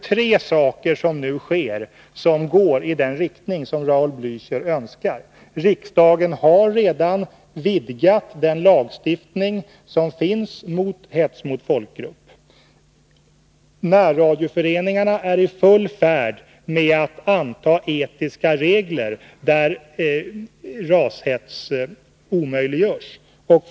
Tre saker sker ju nu, och i den riktning som Raul Blächer önskar: För det första har riksdagen redan vidgat den lagstiftning som finns när det gäller hets mot folkgrupp. För det andra är närradioföreningarna i full färd med att anta etiska regler som avråder det som kan uppfattas som rashets.